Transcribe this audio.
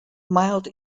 mild